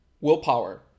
willpower